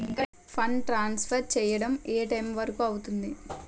Fund transfer చేయడం ఏ time వరుకు అవుతుంది?